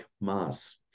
mass